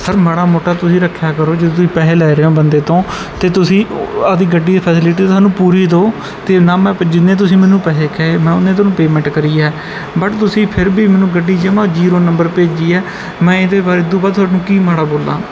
sir ਮਾੜਾ ਮੋਟਾ ਤੁਸੀਂ ਰੱਖਿਆ ਕਰੋ ਜੇ ਤੁਸੀਂ ਪੈਸੇ ਲੈ ਰਹੇ ਹੋ ਬੰਦੇ ਤੋਂ ਤਾਂ ਤੁਸੀਂ ਆਪਦੀ ਗੱਡੀ ਦੀ ਫੈਸਲਿਟੀ ਸਾਨੂੰ ਪੂਰੀ ਦਿਓ ਅਤੇ ਨਾ ਮੈਂ ਜਿੰਨੇ ਤੁਸੀਂ ਮੈਨੂੰ ਪੈਸੇ ਕਹੇ ਮੈਂ ਉੱਨੇ ਤੁਹਾਨੂੰ ਪੇਮੈਂਟ ਕਰੀ ਹੈ ਬਟ ਤੁਸੀਂ ਫਿਰ ਵੀ ਮੈਨੂੰ ਗੱਡੀ ਜਮਾ ਜੀਰੋ ਨੰਬਰ ਭੇਜੀ ਹੈ ਮੈਂ ਇਹਦੇ ਬਾਰੇ ਇਦੂੰ ਵੱਧ ਤੁਹਾਨੂੰ ਕੀ ਮਾੜਾ ਬੋਲਾਂ